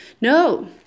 No